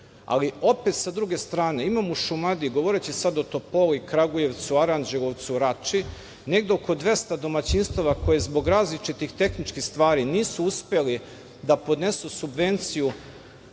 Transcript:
Opet, sa druge strane, imamo u Šumadiji, govoriću sada o Topoli, Kragujevcu, Aranđelovcu, Rači, negde oko 200 domaćinstava koji zbog različitih tehničkih stvari nisu uspeli da podnesu subvenciju